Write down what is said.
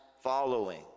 following